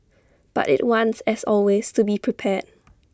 but IT wants as always to be prepared